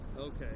Okay